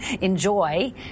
enjoy